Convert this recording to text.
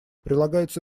прилагаются